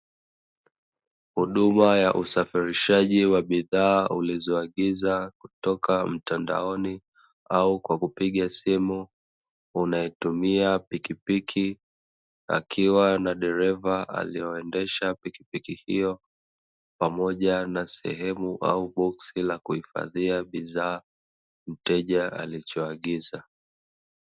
Huduma ya usafarishaji wa bidhaa ulizoagiza kutoka mtandaoni au kwa kupiga simu, unaotumia pikipiki, akiwa na dereva aliyoendesha pikipiki hiyo pamoja na sehemu au boksi la kuhifadhia bidhaa, mteja alichoagiza.